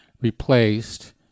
replaced